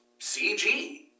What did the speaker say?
CG